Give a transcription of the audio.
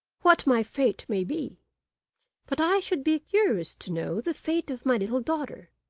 what my fate may be but i should be curious to know the fate of my little daughter